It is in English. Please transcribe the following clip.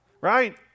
Right